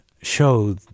show